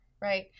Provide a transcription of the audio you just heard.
right